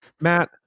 matt